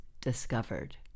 discovered